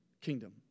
kingdom